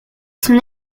son